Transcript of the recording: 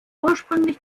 ursprünglich